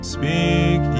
Speak